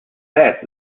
that